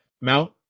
mount